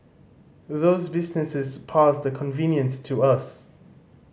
those businesses pass the convenience to us